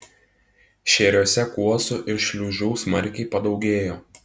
šėriuose kuosų ir šliužų smarkiai padaugėjo